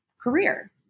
career